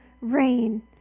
rain